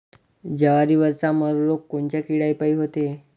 जवारीवरचा मर रोग कोनच्या किड्यापायी होते?